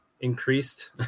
increased